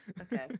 Okay